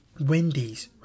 Wendy's